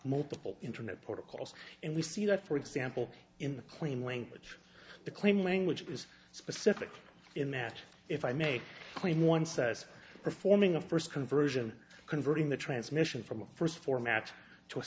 multiple internet protocols and we see that for example in the claim language the claim language is specific in that if i may when one says performing a first conversion converting the transmission from a first for match to a